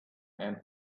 and